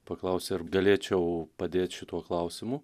paklausė ar galėčiau padėt šituo klausimu